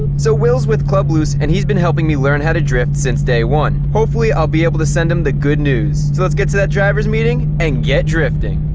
so will's with club loose and he's been helping me learn how to drift since day one. hopefully i'll be able to send him the good news, so let's get to that drivers meeting and get drifting.